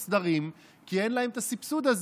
מוסדרים כי אין להם את הסבסוד הזה,